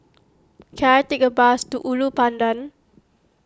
can I take a bus to Ulu Pandan